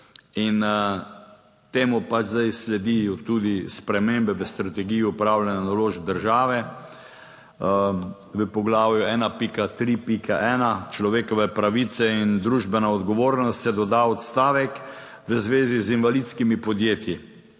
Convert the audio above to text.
in temu pač zdaj sledijo tudi spremembe v strategiji upravljanja naložb države v poglavju 1.3.1 Človekove pravice in družbena odgovornost se doda odstavek v zvezi z invalidskimi podjetji,